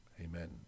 Amen